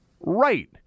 right